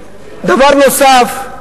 דבר נוסף,